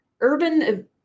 urban